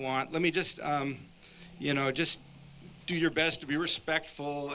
want let me just you know just do your best to be respectful